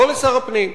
לא לשר הפנים.